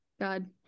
god